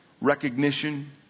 recognition